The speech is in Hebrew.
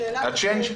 שאלת הצ'יינג'ים.